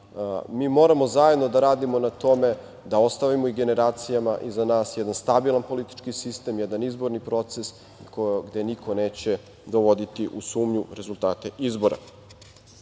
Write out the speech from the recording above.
mi moramo zajedno da radimo na tome da ostavimo i generacijama iza nas jedan stabilan politički sistem, jedan izborni proces koji ovde niko neće dovoditi u sumnju rezultate